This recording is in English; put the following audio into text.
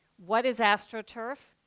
what is astroturf?